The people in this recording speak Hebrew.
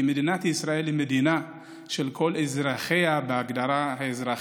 כי מדינת ישראל היא מדינה של כל אזרחיה בהגדרה האזרחית,